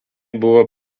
buvo